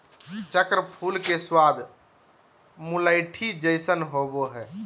चक्र फूल के स्वाद मुलैठी जइसन होबा हइ